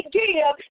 give